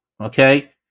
Okay